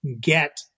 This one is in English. get